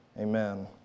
Amen